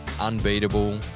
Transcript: unbeatable